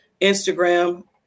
Instagram